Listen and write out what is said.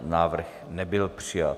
Návrh nebyl přijat.